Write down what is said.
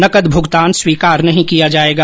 नकद भुगतान स्वीकार नहीं किया जाएगा